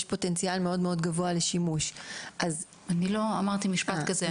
שיש פוטנציאל מאוד מאוד גבוה לשימוש --- אני לא אמרתי משפט כזה.